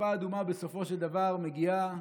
שכיפה אדומה בסופו של דבר מגיעה,